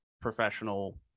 professional